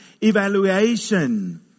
evaluation